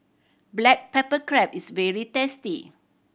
black pepper crab is very tasty